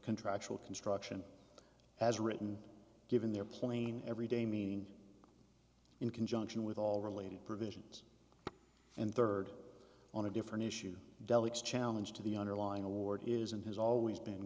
contractual construction as written given their plain every day meaning in conjunction with all related provisions and third on a different issue deli challenge to the underlying award is and has always been